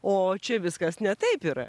o čia viskas ne taip yra